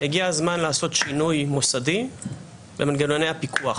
הגיע הזמן לעשות שינוי מוסדי במנגנוני הפיקוח.